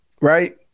right